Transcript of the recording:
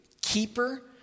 keeper